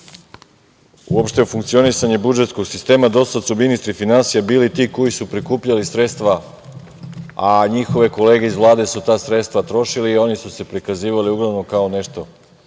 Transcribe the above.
uopšte o funkcionisanju budžetskog sistema. Do sada su ministri finansija bili ti koji su prikupljali sredstva, a njihove kolege iz Vlade su ta sredstva trošili i oni su se prikazivali uglavnom kao nešto